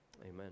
Amen